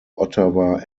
ottawa